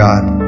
God